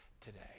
today